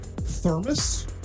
thermos